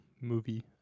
movie